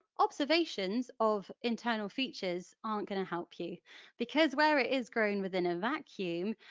observations of internal features aren't going to help you because where it is grown within a vacuum,